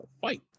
fight